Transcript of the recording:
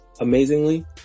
Amazingly